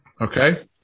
Okay